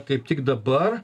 kaip tik dabar